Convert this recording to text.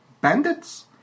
Bandits